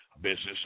business